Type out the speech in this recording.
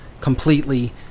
completely